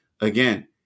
again